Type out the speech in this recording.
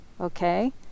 okay